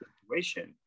situation